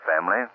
family